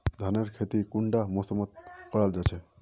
धानेर खेती कुंडा मौसम मोत करा जा?